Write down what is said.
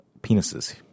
penises